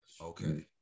okay